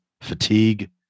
fatigue